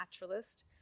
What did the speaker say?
naturalist